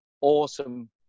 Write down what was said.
awesome